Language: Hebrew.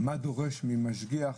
מה דורש ממשגיח,